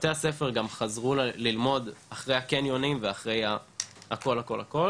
שבתי הספר גם חזרו ללמוד אחרי הקניונים ואחרי הכל הכל,